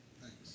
Thanks